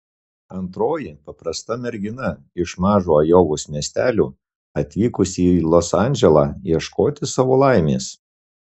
antroji paprasta mergina iš mažo ajovos miestelio atvykusi į los andželą ieškoti savo laimės